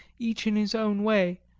each in his own way,